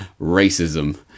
racism